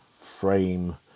frame